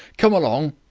come along!